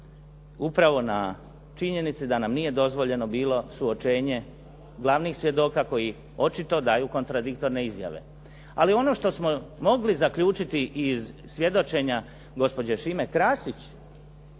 upravo na činjenici da nam nije dozvoljeno bilo suočenje glavnih svjedoka koji očito daju kontradiktorne izjave. Ali ono što smo mogli zaključiti iz svjedočenja gospođe Šime Krasić